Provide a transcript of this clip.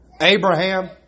Abraham